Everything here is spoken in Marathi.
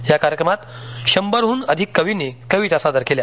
या कार्यक्रमात शंभरहून अधिक कवींनी कविता सादर केल्या